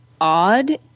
odd